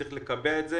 צריך לקבע את זה